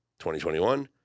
2021